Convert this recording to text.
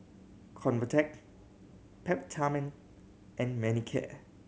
Convatec Peptamen and Manicare